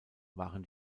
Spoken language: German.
waren